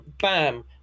bam